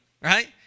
right